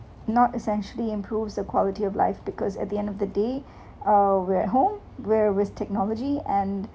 not essentially improves the quality of life because at the end of the day uh we're at home we're with technology and